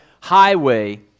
highway